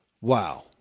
Wow